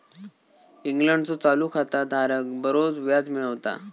इंग्लंडचो चालू खाता धारक बरोच व्याज मिळवता